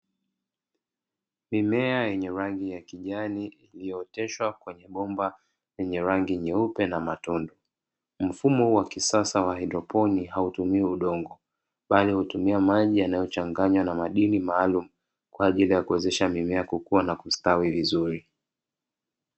Mimea yenye rangi ya kijani iliyooteshwa kwenye bomba yenye rangi nyeupe na matundu, mfumo huu wa kisasa wa haidroponi hautumii udongo, bali hutumia maji yanayochanganywa na madini maalumu kwa ajili ya kuwezesha mimea kukua na kustawi vizuri.